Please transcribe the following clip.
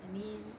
I mean